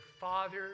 father